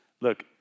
Look